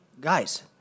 guys